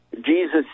Jesus